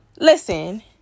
listen